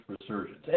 resurgence